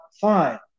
fine